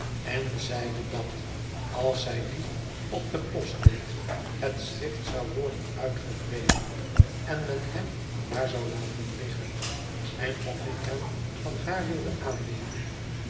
en zeide dat als zij dien op de post deed het schrift zou worden uitgewreven en men hem maar zou laten liggen en of ik hem van haar wilde aannemen